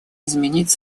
изменить